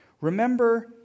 Remember